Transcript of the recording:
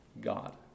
God